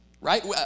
right